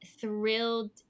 thrilled